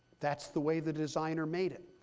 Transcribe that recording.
that's the way the designer made it.